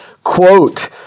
quote